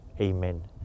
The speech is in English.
amen